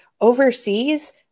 overseas